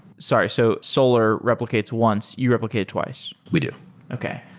sorry. so solar replicates once. you replicate twice we do okay.